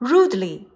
Rudely